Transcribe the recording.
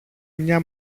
μια